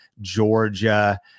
Georgia